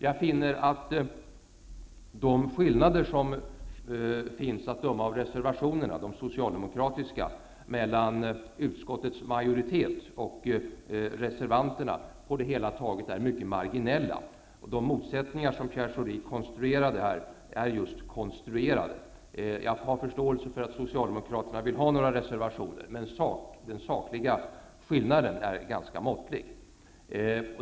Jag finner att de skillnader som, att döma av de socialdemokratiska reservationerna, finns mellan utskottsmajoritetens och reservanternas uppfattning på det hela taget är mycket marginella. De motsättningar som Pierre Schori talade om är konstruerade. Jag har förståelse för att Socialdemokraterna vill ha med några reservationer. Men i sak är skillnaden ganska måttlig.